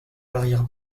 l’arrière